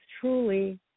truly